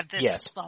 Yes